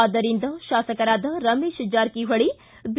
ಆದ್ದರಿಂದ ಶಾಸಕರಾದ ರಮೇಶ ಜಾರಕಿಹೊಳ ಬಿ